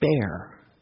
bear